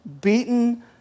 beaten